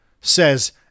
says